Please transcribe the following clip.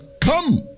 Come